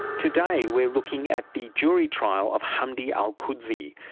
today we are looking at the jury trial of hamdi alqudsi.